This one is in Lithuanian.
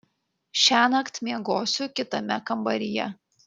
šiąnakt miegosiu kitame kambaryje